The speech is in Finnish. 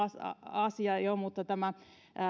asia jo että tämä